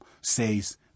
says